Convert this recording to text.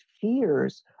fears